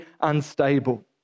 unstable